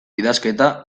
idazketa